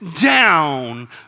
down